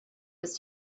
was